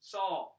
Saul